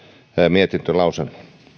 mietinnön